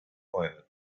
planet